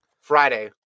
Friday